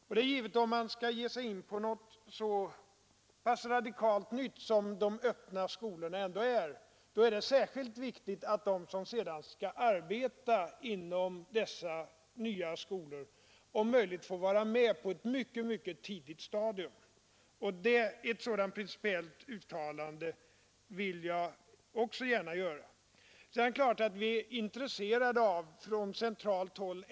Om man skall ge sig in på något så radikalt nytt som de öppna skolorna, är det särskilt viktigt att de som skall arbeta inom dessa nya skolor om möjligt får vara med på ett mycket tidigt stadium. Ett sådant principiellt uttalande vill jag gärna göra.